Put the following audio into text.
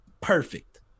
perfect